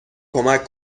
کمک